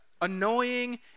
annoying